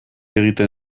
egiten